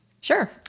Sure